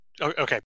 Okay